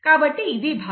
కాబట్టి ఇది భాష